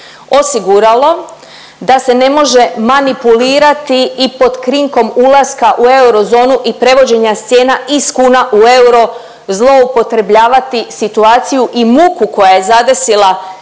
osiguralo da se ne može manipulirati i pod krinkom ulaska u eurozonu i prevođenja cijena iz kune u euro zloupotrebljavati situaciju i muku koja je zadesila